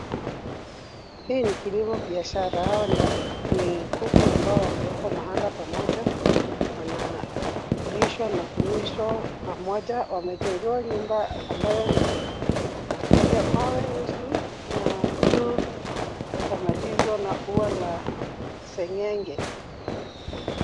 Hii ni kilimo biashara; hawa ni kuku ambao wamewekwa mahala pamoja. Wanalishwa na kunyweshwa pamoja. Wamejengewa nyumba ambayo ni ya mawe nusu na juu ishamalizwa na ua la sengenge.